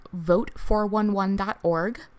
vote411.org